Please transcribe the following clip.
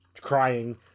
crying